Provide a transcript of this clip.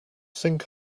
think